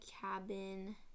cabin